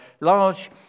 large